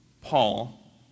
Paul